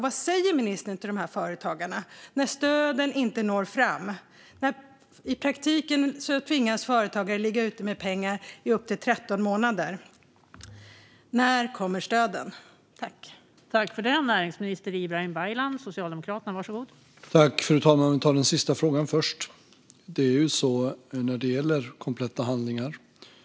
Vad säger ministern till dessa företagare, när stöden inte når fram? I praktiken tvingas företagare ligga ute med pengar i upp till 13 månader. När kommer stöden?